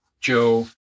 Joe